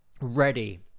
ready